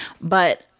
but-